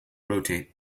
rotate